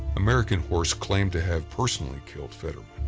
american horse claimed to have personally killed fetterman.